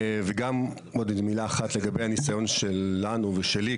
וגם עוד איזה מילה אחת לגבי הניסיון שלנו ושלי,